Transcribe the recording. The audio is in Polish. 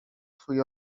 twój